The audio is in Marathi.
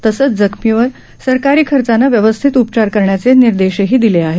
तसेच जखर्मीवर सरकारी खर्चाने व्यवस्थित उपचार करण्याचे निर्देशही दिले आहेत